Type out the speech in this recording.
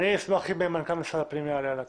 אני אשמח אם מנכ"ל משרד הפנים יעלה על הקו.